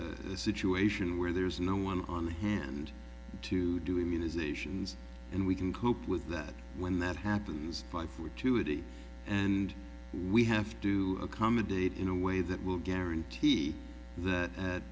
a situation where there's no one on hand to do immunizations and we can cope with that when that happens fund for to it and we have to accommodate in a way that will guarantee that